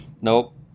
Nope